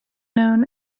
known